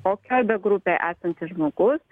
kokioj be grupėj esantis žmogus